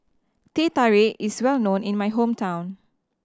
Teh Tarik is well known in my hometown